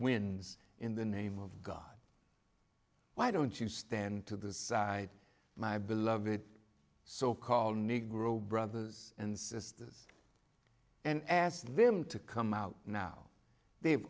wins in the name of god why don't you stand to the side my beloved so call negro brothers and sisters and asked them to come out now they've